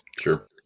Sure